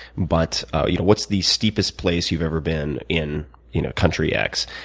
but you know what's the steepest place you've ever been in you know country x?